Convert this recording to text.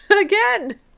Again